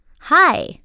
hi